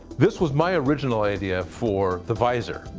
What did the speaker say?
this was my original idea for the visor.